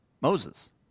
Moses